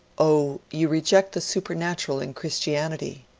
oh, you reject the supernatural in christianity.